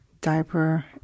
diaper